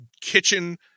kitchen